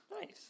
Nice